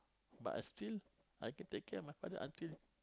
but I still I can take care of father until